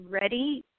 ready